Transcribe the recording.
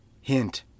Hint